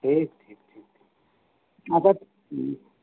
ᱴᱷᱤᱠ ᱴᱷᱤᱠ ᱟᱫᱚ ᱦᱮᱸ